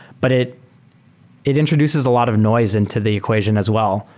but it it introduces a lot of noise into the equation as well,